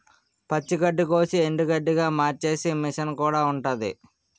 పచ్చి గడ్డికోసి ఎండుగడ్డిగా మార్చేసే మిసన్ కూడా ఉంటాది